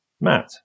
Matt